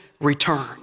return